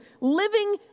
Living